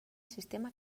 sistema